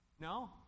No